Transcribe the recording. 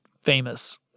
famous